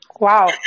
wow